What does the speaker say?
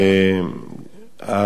הסיפור הזה הוא לא מהיום,